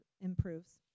improves